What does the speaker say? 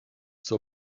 zur